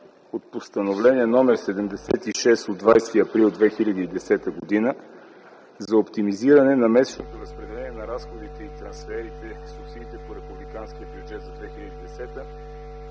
от Постановление № 76 от 20 април 2010 г. за оптимизиране на месечното разпределение на разходите и трансферите, субсидиите по републиканския бюджет за 2010 г.,